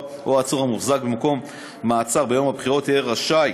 או עצור המוחזק במקום מעצר ביום הבחירות יהיו רשאים